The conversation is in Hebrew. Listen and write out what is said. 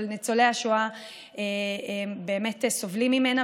אבל ניצולי השואה באמת סובלים ממנה,